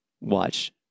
watch